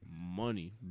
money